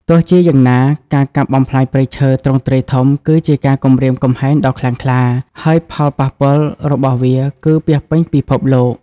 ទោះជាយ៉ាងណា ការកាប់បំផ្លាញព្រៃឈើទ្រង់ទ្រាយធំ គឺជាការគំរាមកំហែងដ៏ខ្លាំងខ្លា ហើយផលប៉ះពាល់របស់វា គឺពាសពេញពិភពលោក។